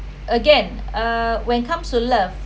again uh when comes to love